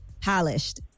polished